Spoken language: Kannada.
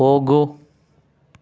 ಹೋಗು